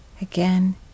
again